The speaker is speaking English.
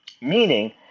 meaning